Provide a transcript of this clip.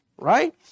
right